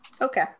okay